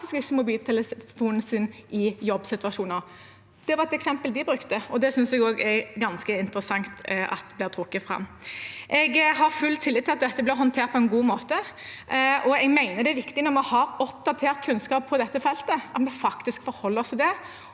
bruker mobiltelefonen sin i jobbsituasjoner. Det var et eksempel de brukte, og det synes jeg er ganske interessant at blir trukket fram. Jeg har full tillit til at dette blir håndtert på en god måte, og jeg mener det er viktig at når vi har oppdatert på kunnskap på dette feltet, forholder vi oss til det